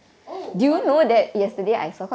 oh I didn't know at yesterday I